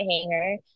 hanger